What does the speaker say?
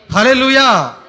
Hallelujah